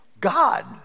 God